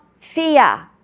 fear